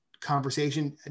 conversation